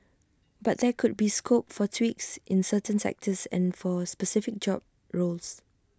but there could be scope for tweaks in certain sectors and for specific job roles